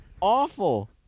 awful